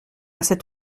cet